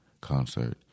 concert